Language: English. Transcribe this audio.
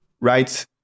right